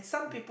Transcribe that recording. mm